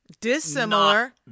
dissimilar